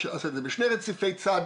אפשר לעשות את זה בשני רציפי צד.